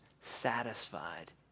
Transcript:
satisfied